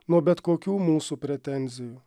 nuo bet kokių mūsų pretenzijų